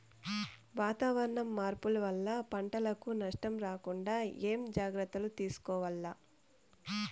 వాతావరణ మార్పులు వలన పంటలకు నష్టం రాకుండా ఏమేం జాగ్రత్తలు తీసుకోవల్ల?